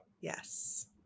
Yes